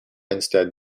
instead